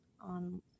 on